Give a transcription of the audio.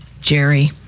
Jerry